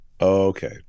Okay